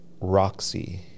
Roxy